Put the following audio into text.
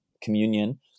communion